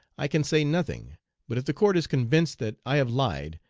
i can say nothing but if the court is convinced that i have lied,